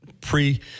pre-